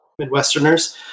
midwesterners